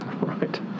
Right